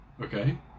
Okay